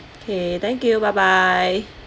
okay thank you bye bye